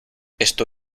esto